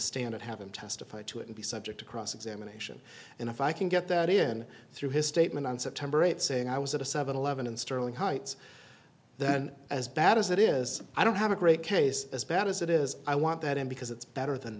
stand and have him testify to it and be subject to cross examination and if i can get that in through his statement on september eighth saying i was at a seven eleven in sterling heights then as bad as it is i don't have a great case as bad as it is i want that in because it's better than